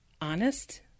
honest